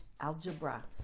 algebra